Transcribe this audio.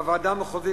בוועדה המחוזית,